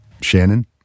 Shannon